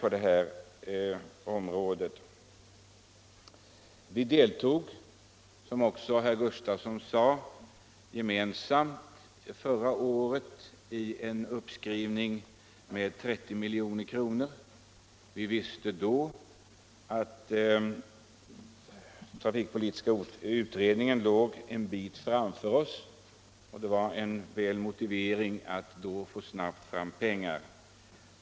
Som herr Sven Gustafson i Göteborg nämnde deltog vi förra året i ett gemensamt beslut om en uppskrivning med 30 milj.kr. Då visste vi att trafikpolitiska utredningen låg ett steg framför oss, och det var en god motivering för att snabbt få fram pengar.